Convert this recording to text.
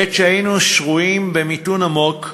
בעת שהיינו שרויים במיתון עמוק,